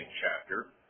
chapter